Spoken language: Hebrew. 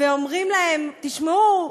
ואומרים להם: תשמעו,